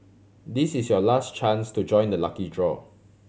this is your last chance to join the lucky draw